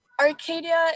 Arcadia